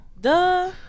Duh